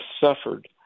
suffered